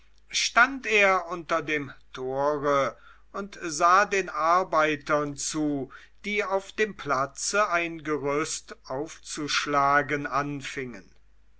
stand er unter dem tore und sah den arbeitern zu die auf dem platze ein gerüst aufzuschlagen anfingen